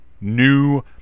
new